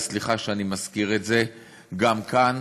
וסליחה שאני מזכיר את זה גם כאן,